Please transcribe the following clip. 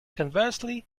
conversely